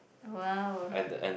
!wow!